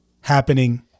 happening